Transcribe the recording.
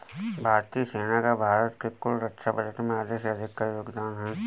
भारतीय सेना का भारत के कुल रक्षा बजट में आधे से अधिक का योगदान है